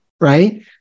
right